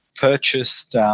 purchased –